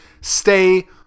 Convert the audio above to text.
stay